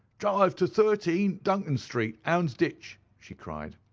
drive to thirteen, duncan street, houndsditch she cried.